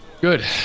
Good